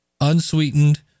unsweetened